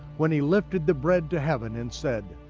when he lifted the bread to heaven and said,